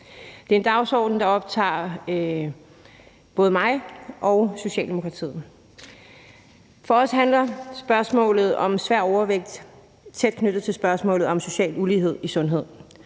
Det er en dagsorden, der optager både mig og Socialdemokratiet. For os er spørgsmålet om svær overvægt tæt knyttet til spørgsmålet om social ulighed i sundhed,